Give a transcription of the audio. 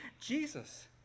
Jesus